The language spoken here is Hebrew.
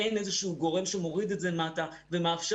אין איזשהו גורם שמוריד את זה למטה ומאפשר